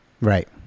right